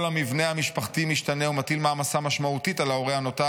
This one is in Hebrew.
כל המבנה המשפחתי משתנה ומטיל מעמסה משמעותית על ההורה הנותר,